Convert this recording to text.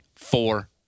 four